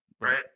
right